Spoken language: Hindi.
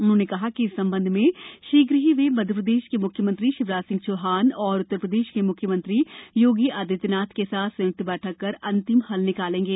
उन्होंने कहा कि इस संबंध शीघ्र ही वे मध्यप्रदेश के मुख्यमंत्री शिवराज सिंह चौहान और उत्तरप्रदेश के मुख्यमंत्री योगी आदित्यनाथ के साथ संयुक्त बैठक कर अंतिम हल निकालेंगे